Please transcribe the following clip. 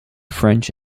french